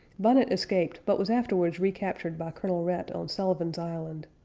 bonnet escaped, but was afterwards recaptured by colonel rhett on sullivan's island.